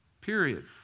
period